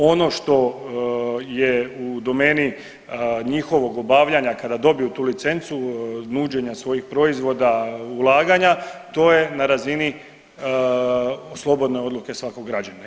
Ono što je u domeni njihovog obavljanja kada dobiju tu licencu nuđenja svojih proizvoda ulaganja to je na razini slobodne odluke svakog građana.